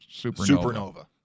supernova